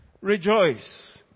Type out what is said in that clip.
Rejoice